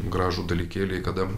gražų dalykėlį kada